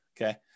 Okay